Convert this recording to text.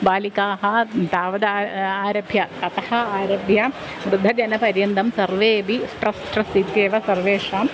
बालिकाः तावद् आरभ्य अतः आरभ्य वृद्धजनपर्यन्तं सर्वेऽपि स्ट्रस्ट्रस् इत्येव सर्वेषाम्